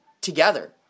together